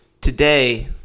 today